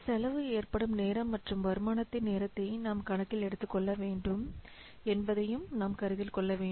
செலவு ஏற்படும் நேரம் மற்றும் வருமானத்தின் நேரத்தை நாம் கணக்கில் எடுத்துக்கொள்ள வேண்டும் என்பதையும் நாம் கருத்தில் கொள்ள வேண்டும்